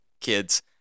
kids